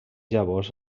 llavors